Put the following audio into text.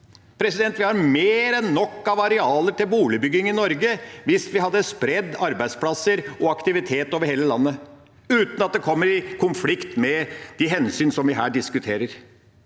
seg? Vi har mer enn nok av arealer til boligbygging i Norge hvis vi sprer arbeidsplasser og aktivitet over hele landet, uten at det kommer i konflikt med de hensyn som vi her diskuterer.